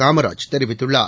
காமராஜ் தெரிவித்துள்ளார்